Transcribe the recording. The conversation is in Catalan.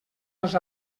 els